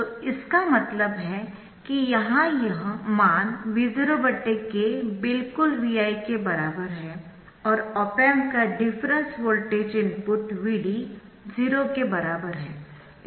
तो इसका मतलब है कि यहाँ यह मान V0 k बिल्कुल Vi के बराबर है और ऑप एम्प का डिफरेंस वोल्टेज इनपुट Vd 0 के बराबर है